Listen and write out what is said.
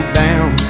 down